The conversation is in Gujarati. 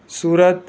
સુરત